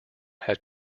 had